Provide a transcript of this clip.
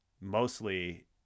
mostly